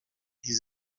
des